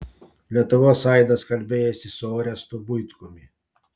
lietuvos aidas kalbėjosi su orestu buitkumi